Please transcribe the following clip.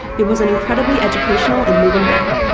it was an incredibly educational and moving day.